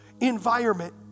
environment